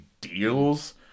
deals